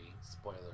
Spoiler